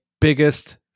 biggest